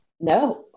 no